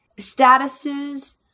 statuses